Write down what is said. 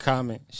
Comment